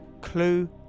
clue